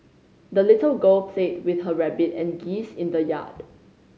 the little girl played with her rabbit and geese in the yard